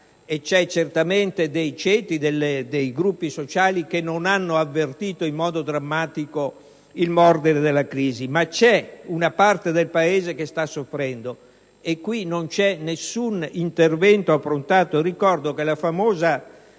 sono certamente dei ceti, dei gruppi sociali che non hanno avvertito in modo drammatico il mordere della crisi; ma c'è una parte del Paese che sta soffrendo e per questa parte non vi è nessun un intervento. Ricordo che la famosa